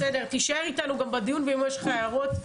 תישאר איתנו בדיון ואם יש לך הערות,